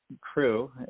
crew